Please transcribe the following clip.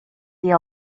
the